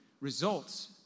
results